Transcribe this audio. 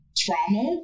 trauma